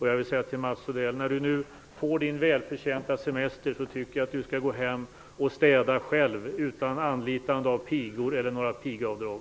Jag vill säga till Mats Odell att när han nu får sin välförtjänta semester tycker jag att han skall gå hem och städa själv, utan anlitande av pigor eller några pigavdrag.